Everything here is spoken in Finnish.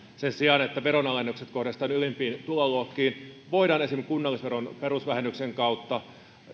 sen sijaan että veronalennukset kohdistetaan ylimpiin tuloluokkiin voidaan esimerkiksi kunnallisveron perusvähennyksen kautta